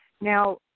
Now